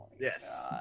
Yes